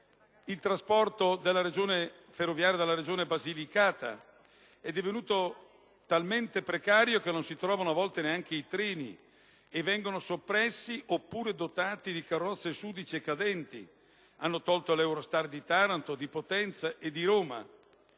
Il trasporto ferroviario della Regione Basilicata è divenuto talmente precario che non si trovano a volte neanche i treni, che vengono soppressi oppure dotati di carrozze sudice e cadenti. Hanno soppresso anche l'Eurostar Taranto-Potenza-Roma.